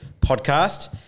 podcast